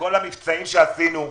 בכל המבצעים שעשינו,